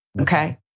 okay